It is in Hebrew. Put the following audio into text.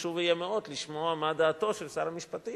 חשוב היה מאוד לשמוע מה דעתו של שר המשפטים